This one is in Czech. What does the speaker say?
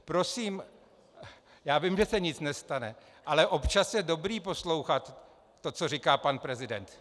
Prosím já vím, že se nic nestane, ale občas je dobré poslouchat to, co říká pan prezident.